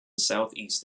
southeast